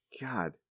god